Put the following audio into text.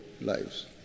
lives